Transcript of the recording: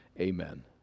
amen